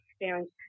experience